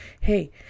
hey